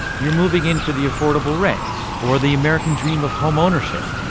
you're moving in for the affordable rents or the american dream of homeownership.